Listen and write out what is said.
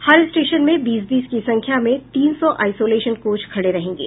हर station में बीस बीस की संख्या में तीन सौ आइसोलेशन कोच खड़े रहेंगे